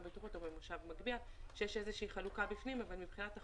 בטיחות או במושב מגביה כאשר יש חלוקה בפנים אבל מבחינת החוק,